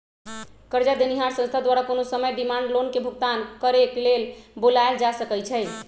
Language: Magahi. करजा देनिहार संस्था द्वारा कोनो समय डिमांड लोन के भुगतान करेक लेल बोलायल जा सकइ छइ